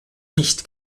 nicht